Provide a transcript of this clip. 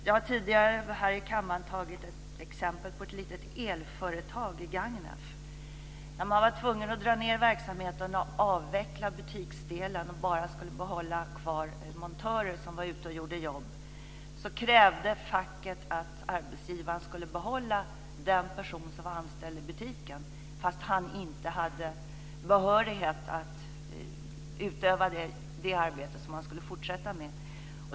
Jag har tidigare här i kammaren tagit ett litet elföretag i Gagnef som exempel. Där var man tvungen att dra ned verksamheten och avveckla butiksdelen och bara behålla montörer som var ute och gjorde jobb. Facket krävde då att arbetsgivaren skulle behålla den person som var anställd i butiken, trots att han inte hade behörighet att utöva det arbete som han skulle ha i fortsättningen.